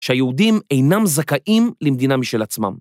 שהיהודים אינם זכאים למדינה משל עצמם.